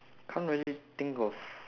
can't really think of